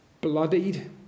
Bloodied